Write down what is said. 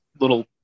little